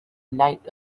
night